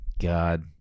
God